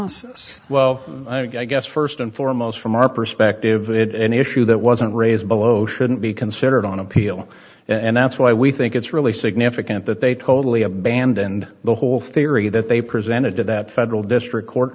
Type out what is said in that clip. analysis well i guess first and foremost from our perspective it is an issue that wasn't raised below shouldn't be considered on appeal and that's why we think it's really significant that they totally abandoned the whole theory that they presented to that federal district court